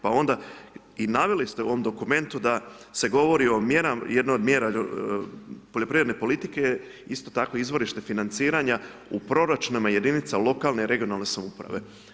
Pa onda, i naveli ste u ovom dokumentu, da se govori o jednoj od mjera poljoprivredne politike, isto tako izvorište financiranja, u proračunima jedinice lokalne, regionalne samouprave.